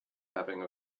having